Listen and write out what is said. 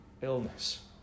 illness